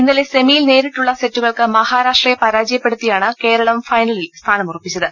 ഇന്നലെ സെമിയിൽ നേരിട്ടുള്ള സെറ്റുകൾക്ക് മഹാരാ ഷ്ട്രയെ പരാജയപ്പെടുത്തിയാണ് കേരളം ഫൈനലിൽ സ്ഥാനമുറ പ്പിച്ചത്